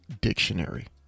Dictionary